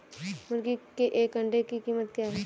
मुर्गी के एक अंडे की कीमत क्या है?